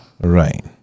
Right